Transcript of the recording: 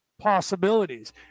possibilities